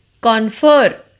Confer